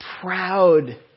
proud